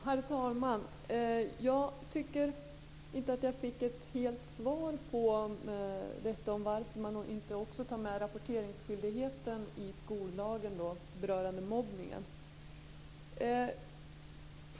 Herr talman! Jag tycker inte att jag fick ett helt svar på frågan varför man inte i skollagen också tar med rapporteringsskyldigheten när det gäller mobbningen.